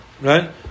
Right